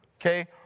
Okay